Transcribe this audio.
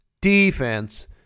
defense